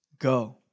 go